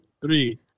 three